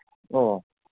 ꯑꯣ